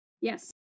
Yes